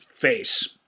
face